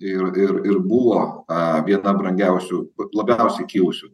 ir ir ir buvo viena brangiausių labiausiai kilusių